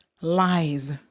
lies